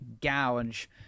gouge